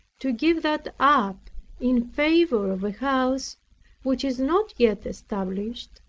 to give that up in favor of a house which is not yet established,